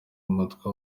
mutwe